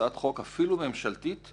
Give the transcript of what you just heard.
היה אפשר לעשות הצעה הרבה יותר הרמטית ומגינה,